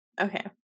okay